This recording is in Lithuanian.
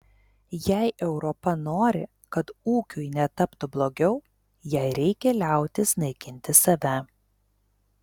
jei europa nori kad ūkiui netaptų blogiau jai reikia liautis naikinti save